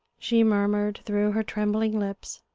she murmured through her trembling lips.